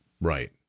right